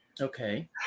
Okay